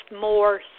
more